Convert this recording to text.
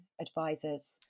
advisors